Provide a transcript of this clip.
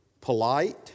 polite